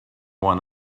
one